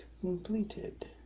completed